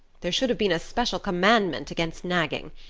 there should have been a special commandment against nagging.